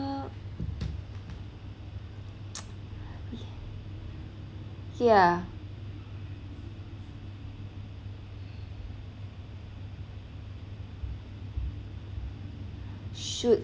ya should